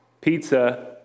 pizza